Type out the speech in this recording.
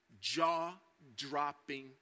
Jaw-dropping